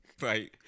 Right